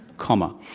comma